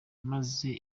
maze